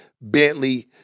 Bentley